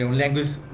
language